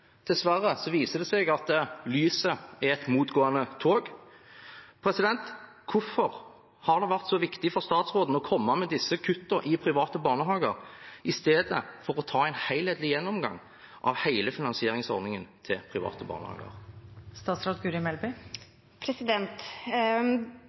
viser det seg at lyset er et motgående tog. Hvorfor har det vært så viktig for statsråden å komme med disse kuttene i private barnehager i stedet for å ta en helhetlig gjennomgang av hele finansieringsordningen til private barnehager?